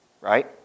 right